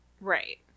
Right